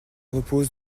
repose